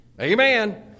Amen